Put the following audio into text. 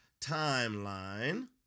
timeline